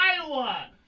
Iowa